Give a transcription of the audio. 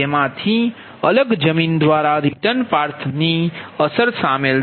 જેમાંથી અલગ જમીન દ્વારા રીટર્ન પાથની અસર શામેલ છે